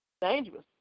dangerous